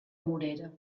morera